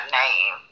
name